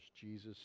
Jesus